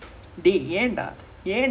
quite okay lah but still